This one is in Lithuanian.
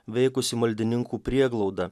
veikusi maldininkų prieglauda